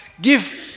give